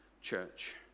church